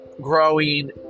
growing